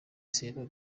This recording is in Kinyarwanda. serena